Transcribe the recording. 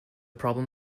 problem